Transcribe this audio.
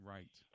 Right